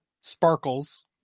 sparkles